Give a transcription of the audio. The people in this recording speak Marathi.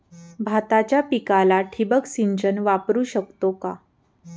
भाताच्या पिकाला ठिबक सिंचन वापरू शकतो का?